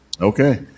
Okay